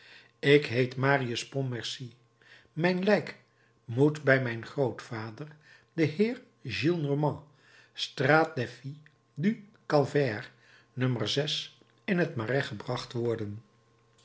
ik heet marius pontmercy mijn lijk moet bij mijn grootvader den heer gillenormand straat des filles du calvaire no in het marais gebracht worden